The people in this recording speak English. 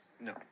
No